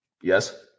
yes